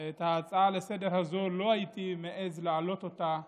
שאת ההצעה לסדר-היום הזאת לא הייתי מעז להעלות לו